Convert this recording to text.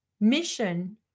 mission